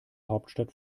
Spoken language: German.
hauptstadt